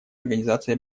организации